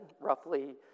roughly